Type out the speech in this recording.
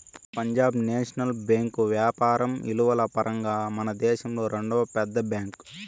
Punjab national bank యాపారం ఇలువల పరంగా మనదేశంలో రెండవ పెద్ద బ్యాంక్